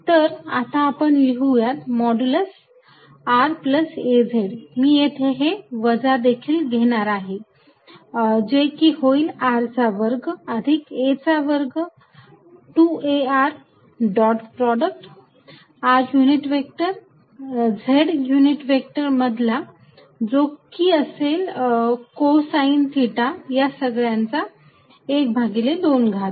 तर आता आपण लिहूयात मॉड्यूलस r az मी येथे हे वजा देखील घेणार आहे जे की होईल r चा वर्ग अधिक a चा वर्ग 2 a r dot product r unit vector z unit vector मधला जो की असेल कोसाइन थिटा या सगळ्यांचा ½ घात